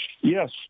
yes